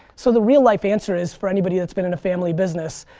so the real life answer is for anybody that's been in a family business,